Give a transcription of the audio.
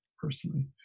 personally